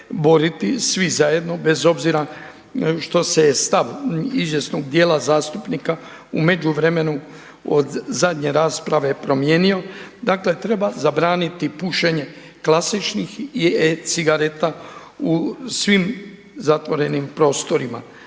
svi zajedno bez obzira što se je stav izvjesnog djela zastupnika u međuvremenu od zadnje rasprave promijenio. Dakle treba zabraniti pušenje klasičnih i e-cigareta u svim zatvorenim prostorima.